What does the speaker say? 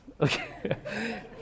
Okay